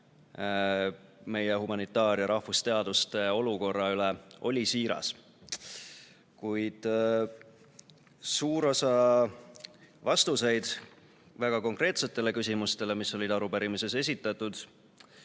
meie humanitaar‑ ja rahvusteaduste olukorra üle on siiras, kuid suur osa vastuseid väga konkreetsetele küsimustele, mis olid arupärimises esitatud,